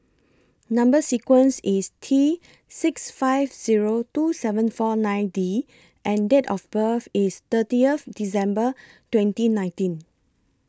Number sequence IS T six five Zero two seven four nine D and Date of birth IS thirtieth December twenty nineteen